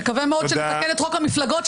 נקווה מאוד שנתקן את חוק המפלגות,